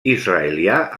israelià